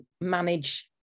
manage